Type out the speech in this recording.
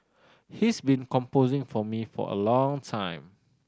he's been composing for me for a long time